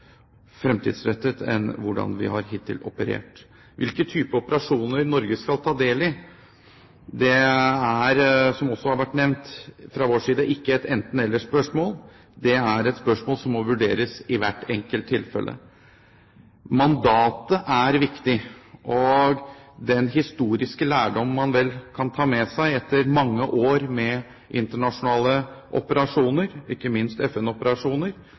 fremtidsrettet enn man hittil har operert. Hvilke typer operasjoner Norge skal ta del i, er, som også har vært nevnt fra vår side, ikke et enten–eller-spørsmål, det er et spørsmål som må vurderes i hvert enkelt tilfelle. Mandatet er viktig. Og den historiske lærdom man vel kan ta med seg etter mange år med internasjonale operasjoner, ikke minst